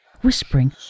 whispering